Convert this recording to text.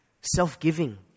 self-giving